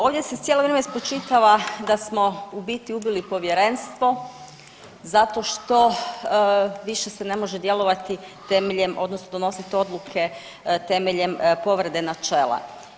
Ovdje se cijelo vrijeme spočitava da smo u biti ubili povjerenstvo zato što više se ne može djelovati temeljem odnosno donosit odluke temeljem povrede načela.